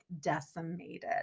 decimated